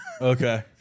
okay